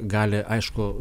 gali aišku